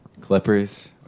Clippers